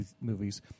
movies